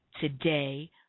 today